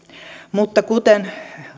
mutta kuten